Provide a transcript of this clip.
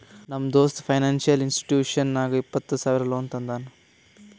ನಮ್ ದೋಸ್ತ financial institution ನಾಗ್ ಇಪ್ಪತ್ತ ಸಾವಿರ ಲೋನ್ ತಂದಾನ್